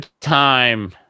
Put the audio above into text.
time